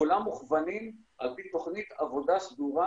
כולם מוכוונים על פי תוכנית עבודה סדורה